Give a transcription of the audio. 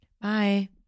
Bye